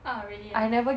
oh really ah